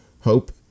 Hope